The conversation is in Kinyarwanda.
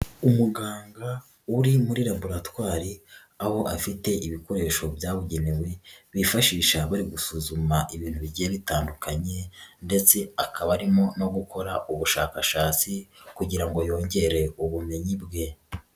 Umuganga uri muri laboratwari aho afite ibikoresho byabugenewe bifashisha bari gusuzuma ibintu bigeye bitandukanye ndetse akaba arimo no gukora ubushakashatsi kugira ngo yongere ubumenyi bwe.